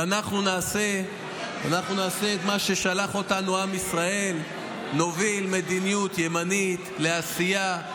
ואנחנו נעשה את מה ששלח אותנו עם ישראל: נוביל מדיניות ימנית לעשייה,